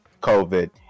covid